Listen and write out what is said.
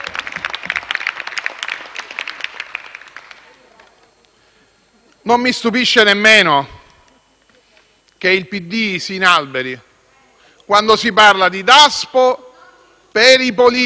Non mi stupisce nemmeno che il PD si inalberi quando si parla di Daspo per i politici.